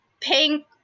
Pink